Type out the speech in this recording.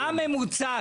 מהו הממוצע?